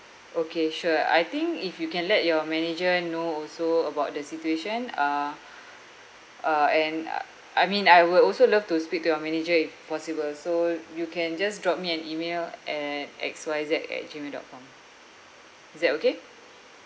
okay sure I think if you can let your manager know also about the situation uh uh and uh I mean I will also love to speak to your manager if possible so you can just drop me an email at X Y Z at gmail dot com is that okay